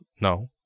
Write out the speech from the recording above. No